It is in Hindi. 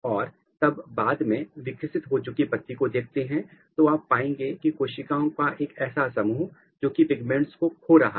और तब बाद में विकसित हो चुकी पत्ती को देखते हैं तो आप पाएंगे की कोशिकाओं का एक ऐसा समूह जोकि पिगमेंट्स को खो रहा है